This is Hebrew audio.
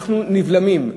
אנחנו נבלמים,